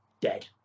dead